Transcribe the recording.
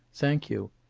thank you.